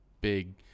big